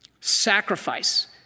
Sacrifice